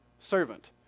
Servant